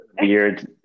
weird